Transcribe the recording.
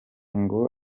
ngo